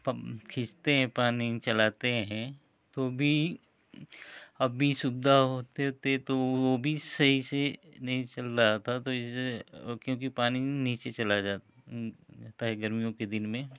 खींचते हैं पानी चलाते है तो भी अब भी सुविधा होते ते तो वो भी सही से नहीं चल रहा था तो इससे क्योंकि पानी नीचे चला जाता है गर्मियों के दिन में